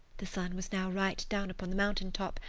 the sun was now right down upon the mountain top,